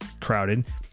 crowded